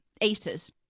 ACEs